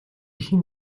эхийн